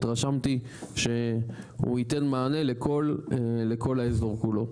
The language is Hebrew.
התרשמתי שהוא ייתן מענה לכל האזור כולו.